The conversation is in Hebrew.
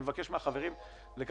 אני מבקש מהחברים לקצר.